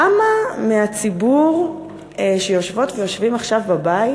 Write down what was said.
כמה מהציבור שיושבות ויושבים עכשיו בבית